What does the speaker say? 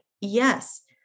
yes